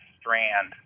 strand